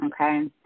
Okay